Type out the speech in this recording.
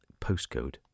postcode